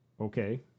Okay